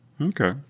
Okay